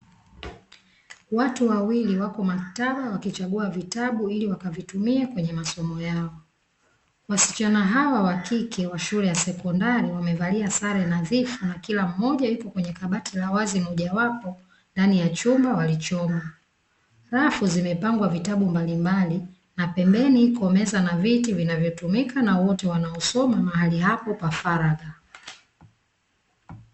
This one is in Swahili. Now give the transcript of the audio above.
watu wawali wako maktaba wakichambua vitabu, ili wakavitumie kwenye masomo yao, wasichana hawa wakike wa shule ya sekondari wamevalia sare nadhifu na kila mmoja yupo kwenye kabati la wazi mojawapo ndani ya chumba walichomo. rafu zimepangwa vitabu mbalimbali na pembeni zipo meza na viti zinazotumika na wote wanaosoma kwa faragha.